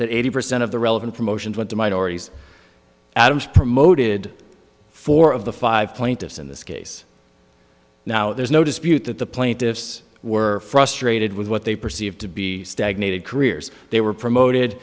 that eighty percent of the relevant promotions went to minorities adams promoted four of the five plaintiffs in this case now there's no dispute that the plaintiffs were frustrated with what they perceived to be stagnated careers they were promoted